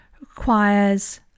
requires